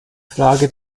frage